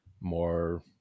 more